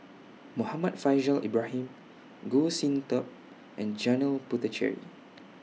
Muhammad Faishal Ibrahim Goh Sin Tub and Janil Puthucheary